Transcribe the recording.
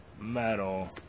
metal